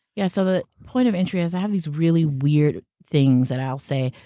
yeah, so the point of entry is i have these really weird things that i'll say.